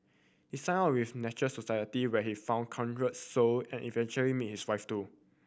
he signed up with Nature Society where he found kindred soul and eventually meet his wife too